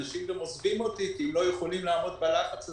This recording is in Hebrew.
אנשים גם עוזבים אותי כי הם לא יכולים לעמוד בלחץ הזה.